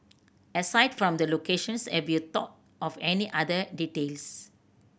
aside from the location have you thought of any other details